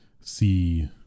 see